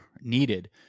needed